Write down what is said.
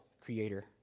creator